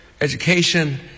education